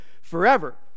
forever